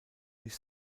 nicht